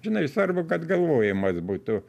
žinai svarbu kad galvojimas būtų